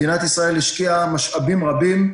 מדינת ישראל השקיעה משאבים רבים,